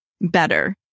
better